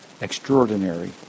extraordinary